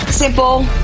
Simple